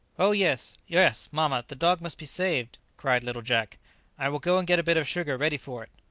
oh, yes, yes, mamma, the dog must be saved! cried little jack i will go and get a bit of sugar ready for it.